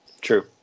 true